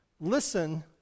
Listen